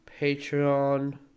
patreon